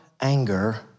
anger